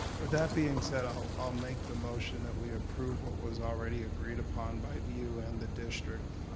with that being said i'll make the motion that we approve what was already agreed upon by vue and the district.